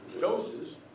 doses